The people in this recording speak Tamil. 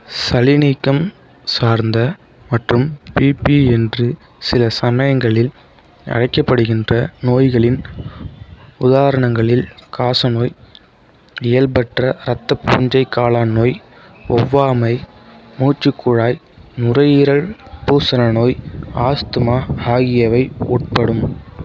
சளிநீக்கம் சார்ந்த மற்றும் பிபி என்று சில சமயங்களில் அழைக்கப்படுகின்ற நோய்களின் உதாரணங்களில் காசநோய் இயல்பற்ற ரத்தப் பூஞ்சைக்காளான் நோய் ஒவ்வாமை மூச்சுக்குழாய் நுரையீரல் பூசனநோய் ஆஸ்துமா ஆகியவை உட்படும்